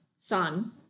son